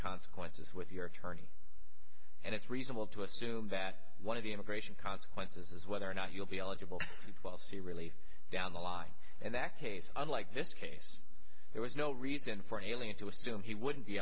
consequences with your attorney and it's reasonable to assume that one of the immigration consequences is whether or not you'll be eligible people see relief down the line in that case unlike this case there was no reason for an alien to assume he wouldn't be